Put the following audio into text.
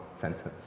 sentence